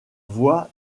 voix